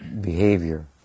behavior